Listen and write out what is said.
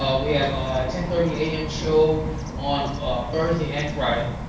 ah we have ah ten thirty a m. show on thursday and friday.